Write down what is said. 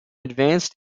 advanced